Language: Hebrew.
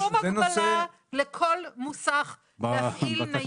אין שום הגבלה לכל מוסך להפעיל ניידת בתחום המומחיות.